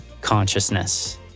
Consciousness